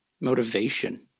motivation